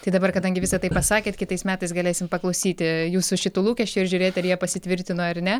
tai dabar kadangi visa tai pasakėt kitais metais galėsim paklausyti jūsų šitų lūkesčių ir žiūrėt ar jie pasitvirtino ar ne